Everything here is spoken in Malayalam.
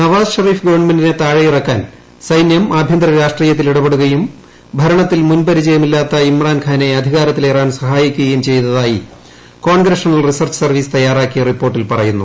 നവാസ് ഷെറീഷ് ഗവൺമെന്റിനെ താഴെയിറക്കാൻ സൈന്യം ആഭ്യന്തര രാഷ്ട്രീയത്തിൽ ഇടപെടുകയും ഭരണത്തിൽ മുൻപരിചയമില്ലാത്ത ഇമ്രാൻഖാനെ അധികാരത്തിലേറാൻ സഹായിരിക്കുകയും ചെയ്തതായി കോൺഗ്രഷണൽ റിസർച്ച് സർവ്വീസ് തയ്യാറാക്കിയ റിപ്പോർട്ടിൽ പറയുന്നു